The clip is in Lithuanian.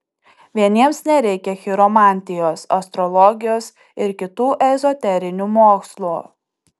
vieniems nereikia chiromantijos astrologijos ir kitų ezoterinių mokslų